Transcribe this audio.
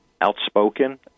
outspoken